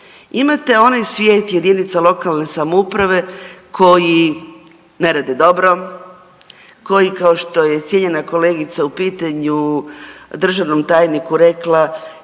Imate onaj svijet jedinica lokalne samouprave koji ne rade dobre, koji kao što je cijenjena kolegica u pitanju državnom tajniku rekla